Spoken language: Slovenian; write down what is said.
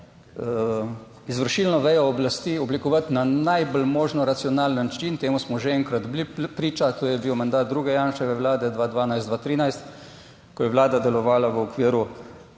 izvršilno vejo oblasti oblikovati na najbolj možno racionalen način, temu smo že enkrat bili priča. To je bil mandat druge Janševe vlade, 2012-2013, ko je vlada delovala v okviru